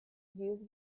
use